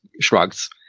shrugs